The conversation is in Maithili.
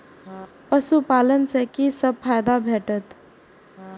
पशु पालन सँ कि सब फायदा भेटत?